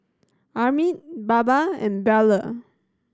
Amit Baba and Bellur